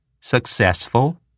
successful